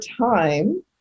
time